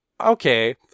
okay